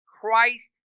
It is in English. Christ